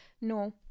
no